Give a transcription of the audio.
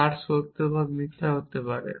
r সত্য বা মিথ্যা হতে পারে